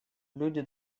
люди